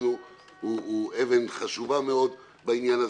מבחינתנו הוא אבן חשובה מאוד בעניין הזה.